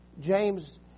James